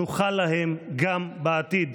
נוכל להם גם בעתיד.